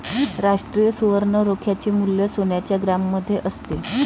राष्ट्रीय सुवर्ण रोख्याचे मूल्य सोन्याच्या ग्रॅममध्ये असते